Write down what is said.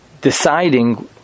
deciding